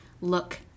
look